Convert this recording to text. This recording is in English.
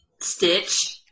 stitch